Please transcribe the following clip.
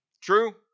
True